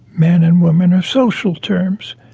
man and woman are social terms.